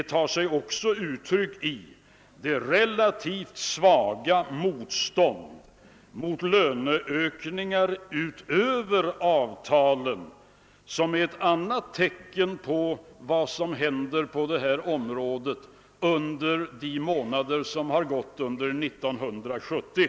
Förhållandet har också tagit sig uttryck i ett relativt svagt motstånd mot löneökningar utöver avtalen. Detta är ett annat tecken på vad som hänt på detta område under de månader som gått under 1970.